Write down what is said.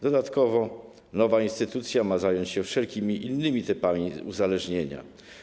Dodatkowo nowa instytucja ma zająć się wszelkimi innymi typami uzależnień.